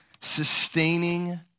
sustaining